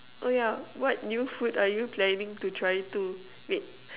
oh yeah what new food are you planning to try too wait